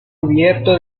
cubierto